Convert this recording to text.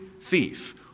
thief